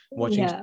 watching